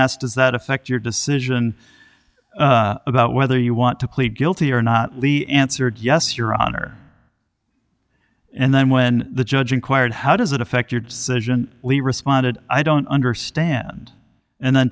asked does that affect your decision about whether you want to plead guilty or not lee answered yes your honor and then when the judge inquired how does it affect your decision we responded i don't understand and then